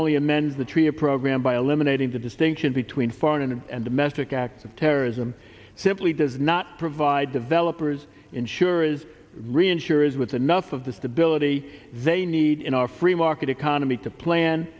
only amend the tree a program by eliminating the distinction between foreign and domestic acts of terrorism simply does not provide developers ensure is reinsurers with enough of the stability they need in our free market economy to plan